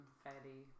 fairly